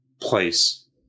place